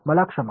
मला क्षमा